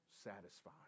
satisfied